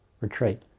retreat